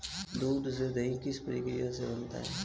दूध से दही किस प्रक्रिया से बनता है?